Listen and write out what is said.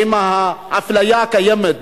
עם האפליה הקיימת,